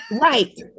Right